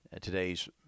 today's